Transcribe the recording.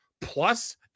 plus